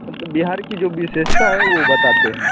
मतलब बिहार की जो विशेषता है वह बताते हैं